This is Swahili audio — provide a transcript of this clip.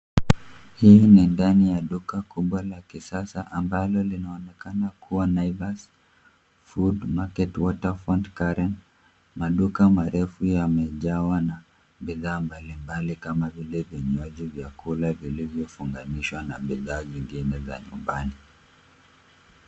Hii ni ndani ya duka kubwa la kisasa ambalo linaonekana kuwa Naivas food market Waterfront Karen . Maduka marefu yamejawa na bidhaa mbalimbali kama vile vinywaji vya kola vilivyofunganishwa na bidhaa zingine za nyumbani.